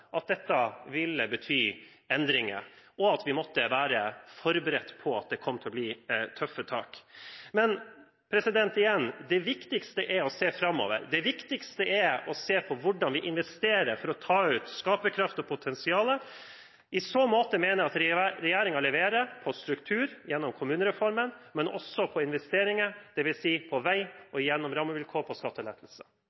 at dette ville bety endringer, og at vi måtte være forberedt på at det kom til å bli tøffe tak. Men igjen: Det viktigste er å se framover. Det viktigste er å se på hvordan vi investerer for å ta ut skaperkraft og potensial. I så måte mener jeg at regjeringen leverer på struktur – gjennom kommunereformen – men også på investering, dvs. på vei